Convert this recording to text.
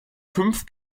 fünf